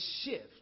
shift